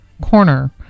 corner